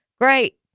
great